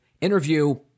interview